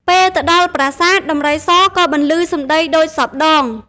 ពេលទៅដល់ប្រាសាទ ដំរីសក៏បន្លឺសម្តីដូចសព្វដង ។